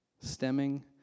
stemming